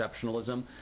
exceptionalism